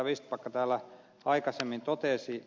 vistbacka täällä aikaisemmin totesi